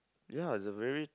ya it's a very